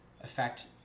affect